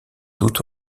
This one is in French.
tout